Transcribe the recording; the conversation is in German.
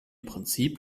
prinzip